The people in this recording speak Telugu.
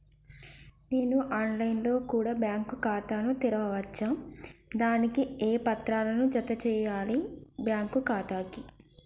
నేను ఆన్ లైన్ లో కూడా బ్యాంకు ఖాతా ను తెరవ వచ్చా? దానికి ఏ పత్రాలను జత చేయాలి బ్యాంకు ఖాతాకు?